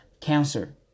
cancer